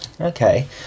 Okay